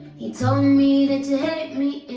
he told me that you hate me